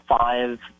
five